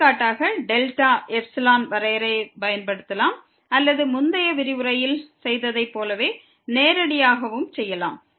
எடுத்துக்காட்டாக delta epsilon வரையறையைப் பயன்படுத்தலாம் அல்லது முந்தைய விரிவுரையில் செய்ததைப் போலவே நேரடியாகவும் செய்யலாம்